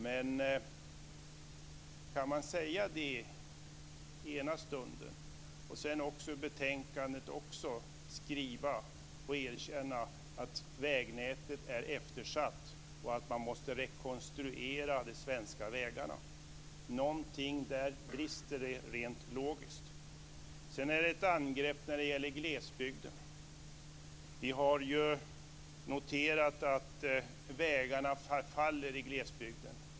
Men kan man säga det i ena stunden och i andra stunden i betänkandet erkänna att vägnätet är eftersatt och att man måste rekonstruera de svenska vägarna? Någonting där brister rent logiskt. Sedan gjorde Monica ett angrepp när det gällde glesbygden. Vi har noterat att standarden på vägarna faller i glesbygden.